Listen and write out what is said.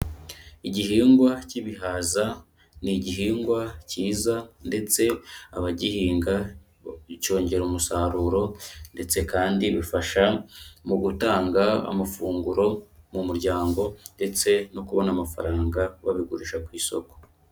Igihingwa k'ibihaza ni igihingwa kiza ndetse abagihinga cyongera umusaruro ndetse kandi bifasha mu gutanga amafunguro mu muryango ndetse no kubona amafaranga babigurisha ku isoko.